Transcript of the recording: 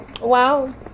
wow